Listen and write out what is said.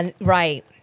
right